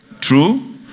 True